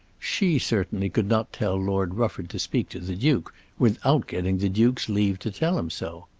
she certainly could not tell lord rufford to speak to the duke without getting the duke's leave to tell him so.